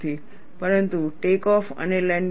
પરંતુ ટેકઓફ અને લેન્ડિંગ ખૂબ જ ક્રિટીકલ છે